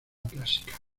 clásica